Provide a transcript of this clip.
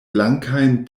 blankajn